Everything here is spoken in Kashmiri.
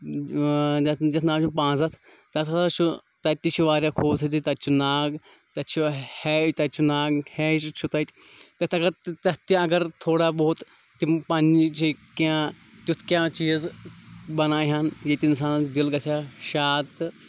یَتھ یَتھ ناو چھُ پانٛزَتھ تَتھ ہَسا چھُ تَتہِ تہِ چھِ واریاہ خوٗبصوٗرتی تَتہِ چھُ ناگ تَتہِ چھُ ہیج تَتہِ چھُ ناگ ہیج چھُ تَتہِ تَتہِ اگر تَتھ تہِ اگر تھوڑا بہت تِم پنٛنہِ جٲیہِ کینٛہہ تیُٚتھ کینٛہہ چیٖز بَناو ہَن ییٚتہِ اِنسانَس دِل گژھِ ہَا شاد تہٕ